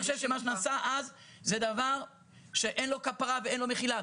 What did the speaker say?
אני חושב שמה שנעשה אז זה דבר שאין לו כפרה ואין לו מחילה,